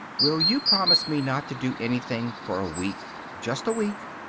will you promise me not to do anything for a week? just a week!